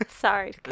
Sorry